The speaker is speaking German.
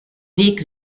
weg